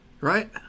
Right